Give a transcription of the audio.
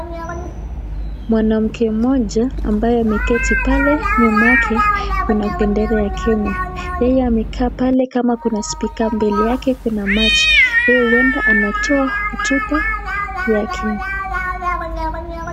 Mwanamke mmoja ambaye ameketi pale, nyuma yake kuna bendera ya Kenya. Yeye amekaa pale kama kuna spika mbele yake kuna maji. Hii huenda anatoa utupa yake.